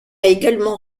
également